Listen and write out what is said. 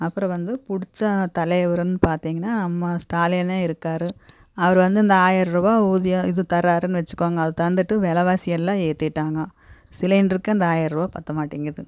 அப்புறம் வந்து பிடுச்ச தலைவருன்னு பார்த்திங்கன்னா அம்மா ஸ்டாலினே இருக்கார் அவர் வந்து இந்த ஆயர்ரூபாவ ஊதியம் இது தராருன்னு வச்சுக்கோங்க அது தந்துவிட்டு விலைவாசியெல்லாம் ஏற்றிட்டாங்க சிலிண்ட்ருக்கு அந்த ஆயர்ரூபா பத்த மாட்டேங்கிது